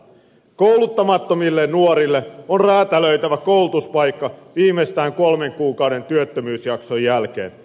kouluttamattomille nuorille on räätälöitävä koulutuspaikka viimeistään kolmen kuukauden työttömyysjakson jälkeen